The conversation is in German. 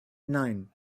nein